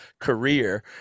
career